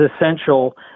essential